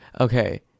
Okay